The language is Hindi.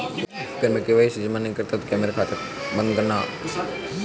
अगर मैं के.वाई.सी जमा नहीं करता तो क्या मेरा खाता काम करना बंद कर देगा?